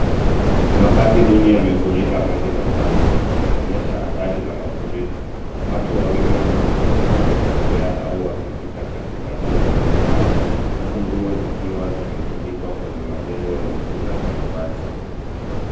Makazi duni yamefurika maji machafu yakionyesha athari za mafuriko watu wawili wanaonekana wakitembea au wakipita katikati ya maji hayo huku nguo zikiwa zimetundikwa kwenye jengo lenye kuta za mabati.